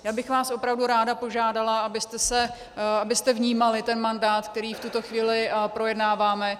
Já bych vás opravdu ráda požádala, abyste vnímali ten mandát, který v tuto chvíli projednáváme .